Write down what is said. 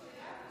נמנעים,